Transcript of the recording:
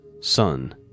son